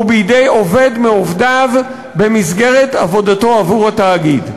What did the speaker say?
או בידי עובד מעובדיו במסגרת עבודתו עבור התאגיד,